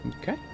Okay